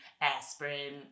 Aspirin